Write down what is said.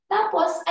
Tapos